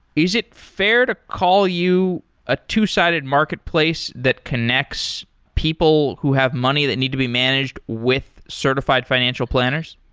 is it fair to call you a two-sided marketplace that connects people who have money that need to be managed with certified financial planners?